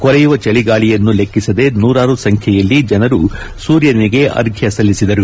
ಕೊರೆಯುವ ಚಳಿಗಾಳಿಯನ್ನು ಲೆಕ್ಕಿಸದೆ ನೂರಾರು ಸಂಖ್ಲೆಯಲ್ಲಿ ಜನರು ಸೂರ್ಯನಿಗೆ ಅರ್ಫ್ಲ ಸಲ್ಲಿಸಿದರು